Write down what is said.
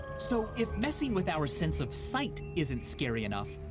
so if messing with our sense of sight isn't scary enough,